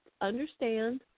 understand